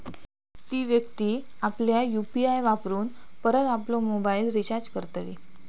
ती व्यक्ती आपल्या यु.पी.आय वापरून परत आपलो मोबाईल रिचार्ज करतली